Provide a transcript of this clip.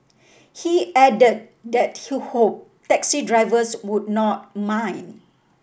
he added that he hoped taxi drivers would not mind